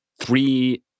three